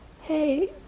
hey